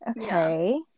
Okay